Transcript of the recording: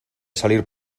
salir